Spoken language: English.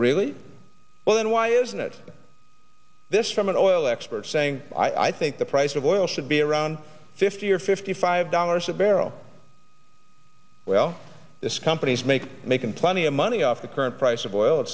really well then why isn't it this from an oil expert saying i think the price of oil should be around fifty or fifty five dollars a barrel well this companies make making plenty of money off the current price of oil